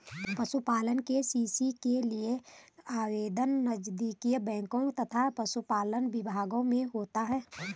पशुपालन के.सी.सी के लिए आवेदन नजदीकी बैंक तथा पशुपालन विभाग में होता है